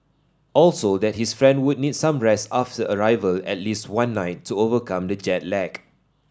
also that his friend would need some rest after arrival at least one night to overcome the jet lag